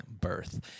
birth